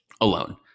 alone